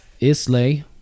Islay